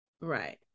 Right